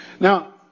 Now